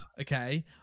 okay